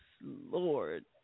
Lord